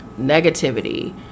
negativity